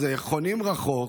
חונים רחוק.